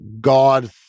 God